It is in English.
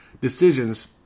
decisions